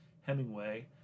Hemingway